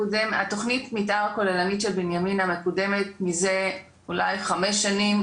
תכנית המתאר הכוללנית של בנימינה מקודמת מזה אולי חמש שנים,